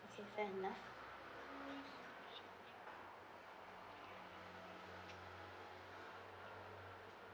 fair enough